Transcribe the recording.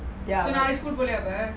so நாளைக்கி:nalaiki school போலய அப்ப:polaya apa